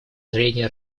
зрения